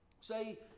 Say